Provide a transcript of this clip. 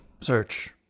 search